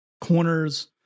corners